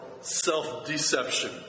self-deception